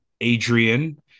Adrian